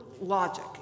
logic